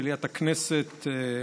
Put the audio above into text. מליאת הכנסת,